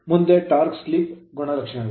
ಮುಂದೆ torque slip torque slip ಗುಣಲಕ್ಷಣಗಳು